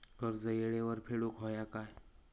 कर्ज येळेवर फेडूक होया काय?